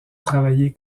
travailler